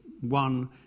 one